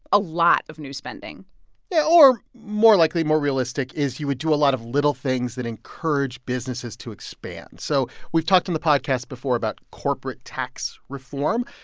a lot of new spending yeah, or more likely, more realistic is you would do a lot of little things that encourage businesses to expand. so we've talked in the podcast before about corporate tax reform.